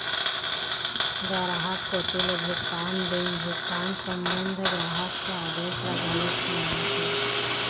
गराहक कोती ले भुगतान बेंक भुगतान संबंध ग्राहक के आदेस ल घलोक मानथे